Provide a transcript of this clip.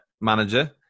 manager